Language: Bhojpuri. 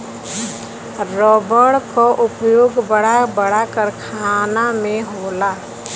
रबड़ क उपयोग बड़ा बड़ा कारखाना में होला